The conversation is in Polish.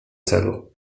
celu